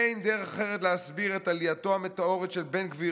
אין דרך אחרת להסביר את עלייתו המטאורית של בן גביר,